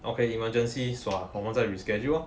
okay emergency sua 我们再 reschedule loh